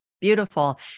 Beautiful